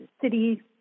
city